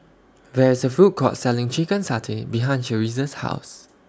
There IS A Food Court Selling Chicken Satay behind Cherise's House